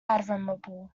admirable